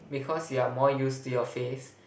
because you are more used to your face